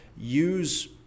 use